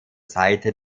seite